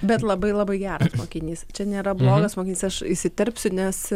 bet labai labai geras mokinys čia nėra blogas mokinys aš įsiterpsiu nes